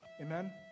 Amen